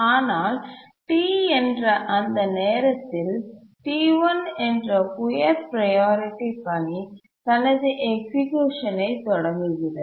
ஆனால் T என்ற அந்த நேரத்தில் T1 என்ற உயர் ப்ரையாரிட்டி பணி தனது எக்சிக்யூஷன்ஐ தொடங்குகிறது